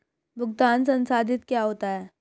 भुगतान संसाधित क्या होता है?